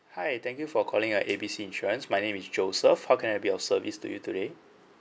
hi thank you for calling uh A B C insurance my name is joseph how can I be of service to you today